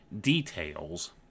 details